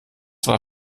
war